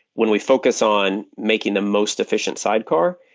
when we focus on making the most efficient sidecar,